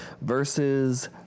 versus